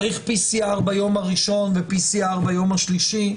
צריך PCR ביום הראשון ו-PCR ביום השלישי?